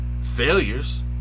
failures